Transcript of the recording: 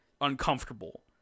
uncomfortable